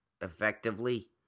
effectively